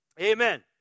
Amen